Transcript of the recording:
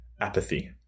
apathy